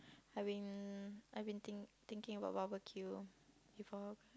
I been I been think thinking about barbecue before